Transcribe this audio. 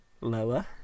Lower